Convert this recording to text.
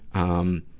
um,